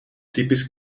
typisch